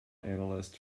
analyst